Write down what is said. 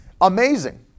Amazing